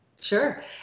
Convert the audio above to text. Sure